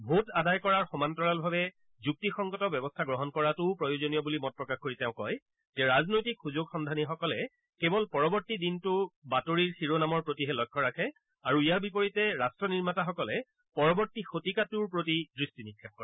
vote আদায় কৰাৰ সমান্তৰালভাৱে যুক্তিসংগত ব্যৱস্থা গ্ৰহণ কৰাটোও প্ৰয়োজনীয় বুলি মত প্ৰকাশ কৰি তেওঁ কয় যে ৰাজনৈতিক সুযোগসন্ধানীসকলে কেৱল পৰৱৰ্তী দিনটো বাতৰিৰ শিৰোনামৰ প্ৰতিহে লক্ষ্য ৰাখে আৰু ইয়াৰ বিপৰীতে ৰাট্ট নিৰ্মাতাসকলে পৰৱৰ্তী শতিকাটোৰ প্ৰতি দৃষ্টি নিক্ষেপ কৰে